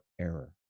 error